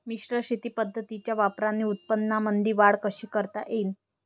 मिश्र शेती पद्धतीच्या वापराने उत्पन्नामंदी वाढ कशी करता येईन?